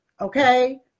Okay